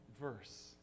verse